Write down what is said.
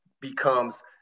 becomes